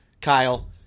Kyle